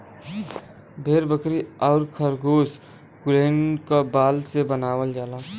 भेड़ बकरी आउर खरगोस कुलहीन क बाल से बनावल जाला